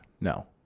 no